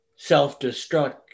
self-destruct